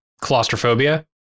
claustrophobia